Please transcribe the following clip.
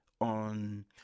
on